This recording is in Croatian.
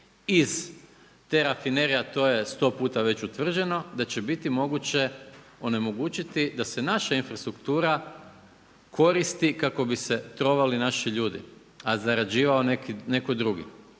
iz te rafinerije, a to je sto puta već utvrđeno da će biti moguće onemogućiti da se naša infrastruktura koristi kako bi se trovali naši ljudi, a zarađivao netko drugi.